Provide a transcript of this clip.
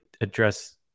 address